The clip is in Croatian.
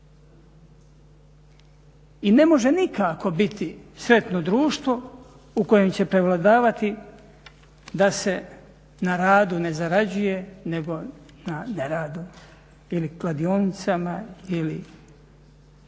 I ne može nikako biti sretno društvo u kojem će prevladavati da se na radu ne zarađuje nego na neradu ili kladionicama.